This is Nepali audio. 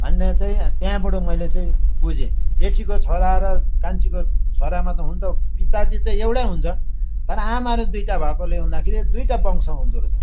भन्ने चाहिँ त्यहाँबाट मैले चाहिँ बुझेँ जेठीको छोरा र कान्छीको छोरामा हुनु त पिताजी त एउटै हुन्छ तर आमाहरू दुईवटा भएकोले हुँदाखेरि दुईटा वंश हुँदो रहेछ